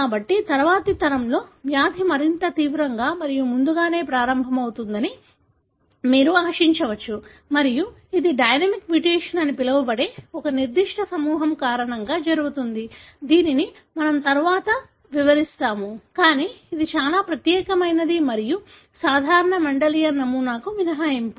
కాబట్టి తరువాతి తరంలో వ్యాధి మరింత తీవ్రంగా మరియు ముందుగానే ప్రారంభమవుతుందని మీరు ఆశించవచ్చు మరియు ఇది డైనమిక్ మ్యుటేషన్ అని పిలువబడే ఒక నిర్దిష్ట సమూహం కారణంగా జరుగుతుంది దీనిని మనం తరువాత వివరిస్తాము కానీ ఇది చాలా ప్రత్యేకమైనది మరియు సాధారణ మెండెలియన్ నమూనాకు మినహాయింపు